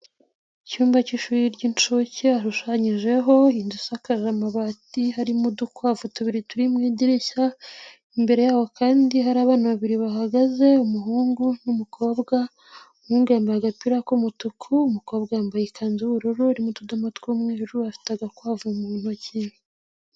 Icyumba k'ishuri ry'inshuke hashushanyijeho inzu isakaje amabati, harimo udukwavu tubiri turi mu idirishya. Imbere y'aho kandi hari abana babiri bahagaze umuhungu n'umukobwa. Umuhungu yambaye agapira k'umutuku, umukobwa yambaye ikanzu y'ubururu irimo utudomo tw'umweru afite agakwavu mu ntoki.